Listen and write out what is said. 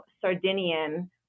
Sardinian